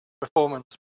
performance